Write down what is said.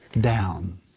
down